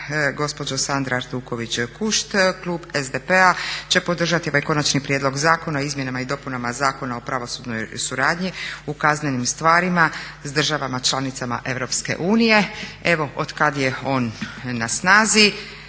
gospođo Sandra Artuković-Kunšt klub SDP-a će podržati ovaj konačni prijedlog Zakona o izmjenama i dopunama Zakona o pravosudnoj suradnji u kaznenim stvarima s državama članicama EU. Evo od kad je on na snazi